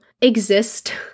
exist